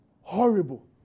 horrible